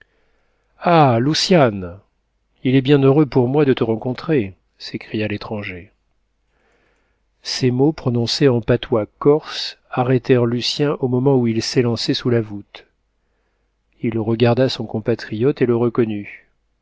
loucian il est bien heureux pour moi de te rencontrer s'écria l'étranger ces mots prononcés en patois corse arrêtèrent lucien au moment où il s'élançait sous la voûte il regarda son compatriote et le reconnut